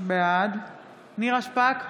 בעד נירה שפק,